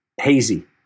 hazy